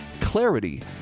Clarity